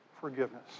forgiveness